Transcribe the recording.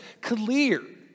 clear